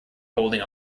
holding